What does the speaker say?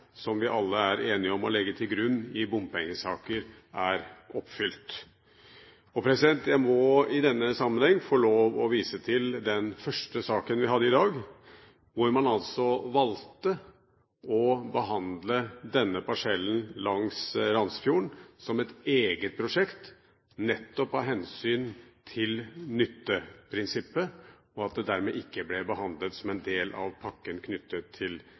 som vi alle er enige om å legge til grunn i bompengesaker, er oppfylt. Jeg må i denne sammenheng få lov å vise til en sak vi hadde tidligere i dag, hvor man altså valgte å behandle parsellen langs Randsfjorden som et eget prosjekt, nettopp av hensyn til nytteprinsippet, og at det dermed ikke ble behandlet som en del av pakken knyttet til